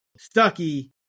Stucky